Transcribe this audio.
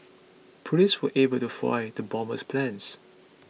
police were able to foil the bomber's plans